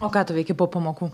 o ką tu veiki po pamokų